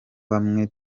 bamwe